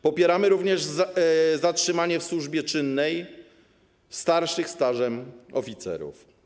Popieramy również zatrzymanie w służbie czynnej starszych stażem oficerów.